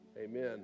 Amen